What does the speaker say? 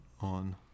on